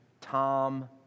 Tom